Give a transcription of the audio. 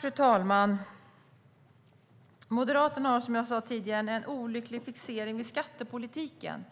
Fru talman! Moderaterna har, som jag sa tidigare, en olycklig fixering vid skattepolitiken.